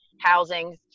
housing